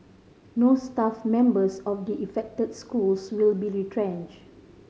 no staff members of the affected schools will be retrench